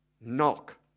knock